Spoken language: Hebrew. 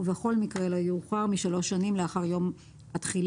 ובכל מקרה לא יאוחר משלוש שנים לאחר יום התחילה,